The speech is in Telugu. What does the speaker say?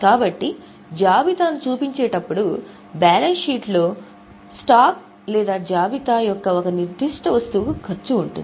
కాబట్టి జాబితాను చూపించేటప్పుడు బ్యాలెన్స్ షీట్లో స్టాక్ లేదా జాబితా యొక్క ఒక నిర్దిష్ట వస్తువుకు ఖర్చు ఉంటుంది